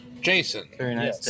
Jason